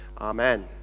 Amen